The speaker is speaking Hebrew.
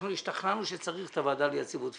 אנחנו השתכנענו שצריך את הוועדה ליציבות פיננסית.